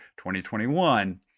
2021